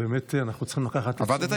ואנחנו צריכים לקחת לתשומת ליבנו,